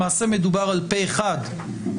למעשה מדובר בפה אחד,